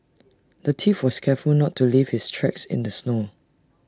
the thief was careful not to leave his tracks in the snow